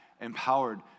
empowered